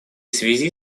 связи